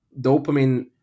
dopamine